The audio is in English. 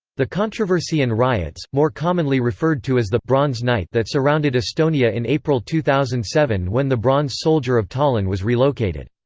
the controversy and riots, more commonly referred to as the bronze night that surrounded estonia in april two thousand and seven when the bronze soldier of tallinn was relocated.